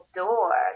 door